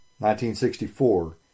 1964